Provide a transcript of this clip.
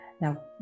Now